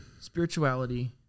Spirituality